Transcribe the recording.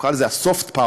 הוא קרא לזה soft power,